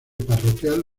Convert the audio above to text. parroquial